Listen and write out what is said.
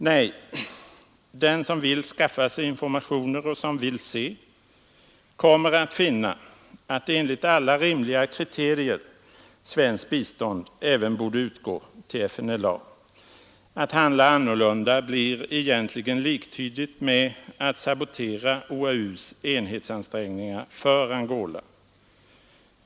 Nej, den som vill skaffa sig information och som vill se, kommer att finna att enligt alla rimliga kriterier svenskt bistånd även borde utgå till FNLA. Att handla annorlunda blir egentligen liktydigt med att sabotera OAU:s enhetsansträngningar för Angola.